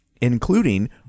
including